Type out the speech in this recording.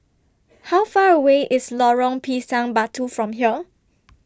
How Far away IS Lorong Pisang Batu from here